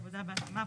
ועבודה בהתאמה),